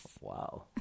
Wow